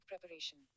preparation